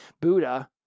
Buddha